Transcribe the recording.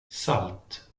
salt